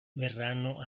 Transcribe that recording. verranno